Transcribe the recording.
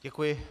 Děkuji.